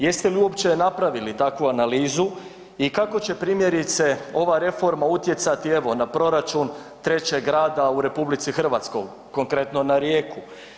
Jeste li uopće napravili takvu analizu i kako će primjerice ova reforma utjecati evo na proračun trećeg grada u RH, konkretno na Rijeku.